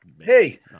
Hey